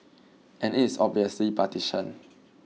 and is obviously partisan